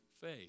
faith